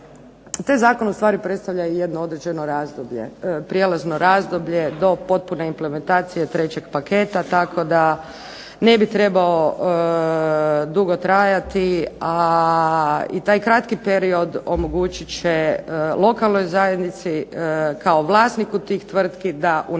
taj zakon ustvari predstavlja i jedno određeno razdoblje, prijelazno razdoblje do potpune implementacije trećeg paketa, tako da ne bi trebao dugo trajati, a i taj kratki period omogućit će lokanoj zajednici kao vlasniku tih tvrtki da unaprijedi